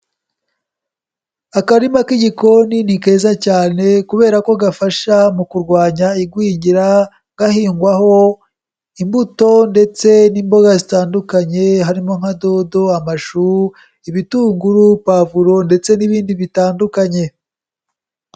Akarima k'igikoni ni keza cyane kubera ko gafasha mu kurwanya igwingira gahingwaho imbuto ndetse n'imboga zitandukanye, harimo nka dodo, amashu, ibitunguru, pavuro ndetse n'ibindi bitandukanye.